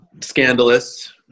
scandalous